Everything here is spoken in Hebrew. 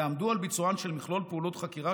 ועמדו על ביצוען של מכלול פעולות חקירה,